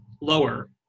lower